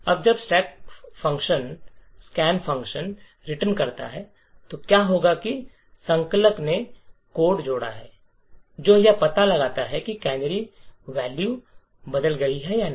अब जब scan function return करता है तो क्या होता है कि संकलक ने कोड जोड़ा है जो यह पता लगाता है कि कैनरी वैल्यू बदल गई है या नहीं